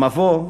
במבוא,